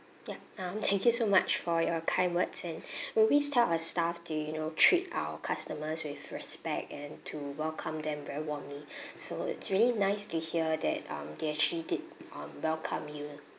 ya um thank you so much for your kind words and we always tell our staffs to you know treat our customers with respect and to welcome them very warmly so it's really nice to hear that um they actually did um welcome you